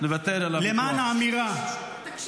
למען האמירה.